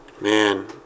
Man